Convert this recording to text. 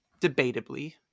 Debatably